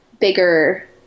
bigger